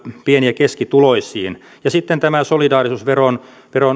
pieni ja keskituloisiin sitten tämä solidaarisuusveron